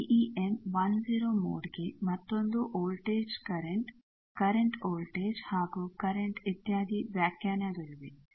TEM ten ಮೋಡ್ಗೆ ಮತ್ತೊಂದು voltage current current voltage ಹಾಗೂ ಕರೆಂಟ್ ಇತ್ಯಾದಿ ವ್ಯಾಖ್ಯಾನಗಳಿವೆ